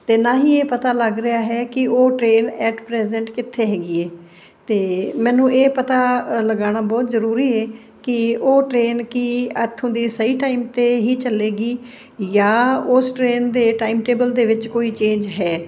ਅਤੇ ਨਾ ਹੀ ਇਹ ਪਤਾ ਲੱਗ ਰਿਹਾ ਹੈ ਕਿ ਉਹ ਟਰੇਨ ਐਟ ਪ੍ਰੈਜੈਂਟ ਕਿੱਥੇ ਹੈਗੀ ਹੈ ਅਤੇ ਮੈਨੂੰ ਇਹ ਪਤਾ ਲਗਾਉਣਾ ਬਹੁਤ ਜ਼ਰੂਰੀ ਹੈ ਕਿ ਉਹ ਟਰੇਨ ਕੀ ਇੱਥੋਂ ਦੇ ਸਹੀ ਟਾਈਮ 'ਤੇ ਹੀ ਚੱਲੇਗੀ ਜਾਂ ਉਸ ਟਰੇਨ ਦੇ ਟਾਈਮ ਟੇਬਲ ਦੇ ਵਿੱਚ ਕੋਈ ਚੇਂਜ ਹੈ